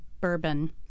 bourbon